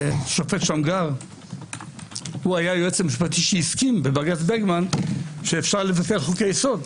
השופט שמגר היה היועץ המשפטי שהסכים בבג"ץ ברגמן שאפשר לבטל חוקי יסוד.